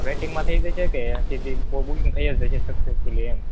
તો વેઇટિંગમાં થઈ જશે કે સીધી બુકિંગ થઈ જ જશે સક્સેસફૂલી એમ